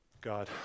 God